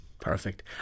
Perfect